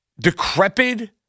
decrepit